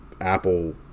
apple